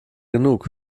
genug